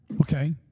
Okay